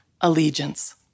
allegiance